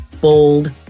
bold